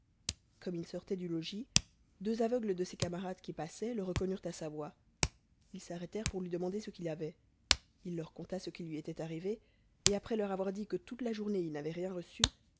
comme il sortait du logis deux aveugles de ses camarades qui passaient le reconnurent à sa voix ils s'arrêtèrent pour lui demander ce qu'il avait h leur conta ce qui lui était arrivé et après leur avoir dit que toute la journée il n'avait rien reçu